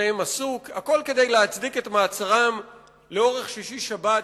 הכול כדי להצדיק את מעצרם בכלא לאורך השישי-שבת.